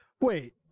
Wait